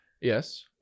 yes